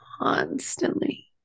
constantly